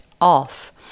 off